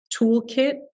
toolkit